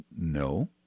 No